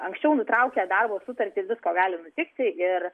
anksčiau nutraukę darbo sutartį visko gali nutikti ir